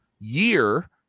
year